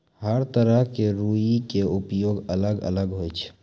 हर तरह के रूई के उपयोग अलग अलग होय छै